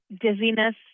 Dizziness